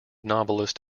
novelist